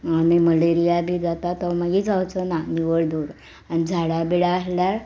आनी मलेरिया बी जाता तो मागीर जावचो ना निवळ दवरून आनी झाडां बिडां आहल्यार